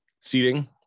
seating